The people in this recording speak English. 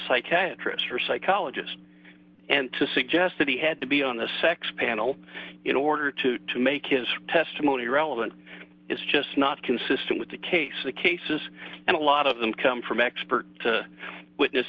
psychiatric or psychologist and to suggest that he had to be on a sex panel in order to to make his testimony relevant is just not consistent with the case the cases and a lot of them come from expert witness